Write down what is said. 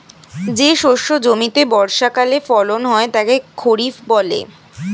যে শস্য জমিতে বর্ষাকালে ফলন হয় তাকে খরিফ বলে